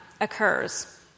occurs